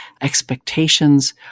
Expectations